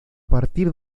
partir